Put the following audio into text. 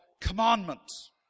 commandments